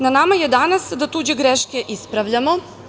Na nama je danas da tuđe greške ispravljamo.